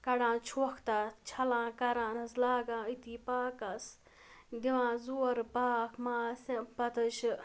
کَڑان چھۄکھ تَتھ چھَلان کَران حظ لاگان أتی پاکَس دِوان زورٕ پاکھ ماس پَتہٕ حظ چھِ